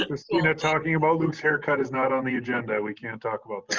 ah kristina, talking about luke's haircut is not on the agenda. we can't talk about